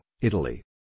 Italy